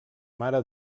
mare